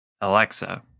Alexa